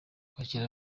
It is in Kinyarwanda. kwakira